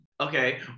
okay